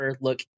look